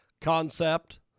concept